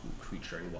creature